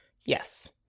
Yes